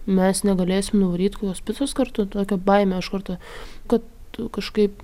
mes negalėsim nuvaryt kokios picos kartu tokia baimė iš karto kad kažkaip